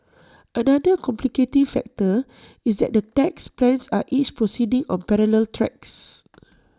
another complicating factor is that the tax plans are each proceeding on parallel tracks